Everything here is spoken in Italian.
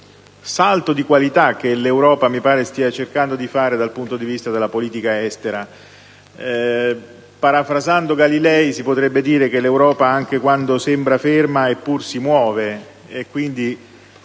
un salto di qualità che l'Europa mi sembra stia cercando di fare dal punto di vista della politica estera. Parafrasando Galileo, si potrebbe dire che l'Europa, anche quando sembra ferma, «Eppur si muove!».